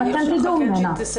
הדברים.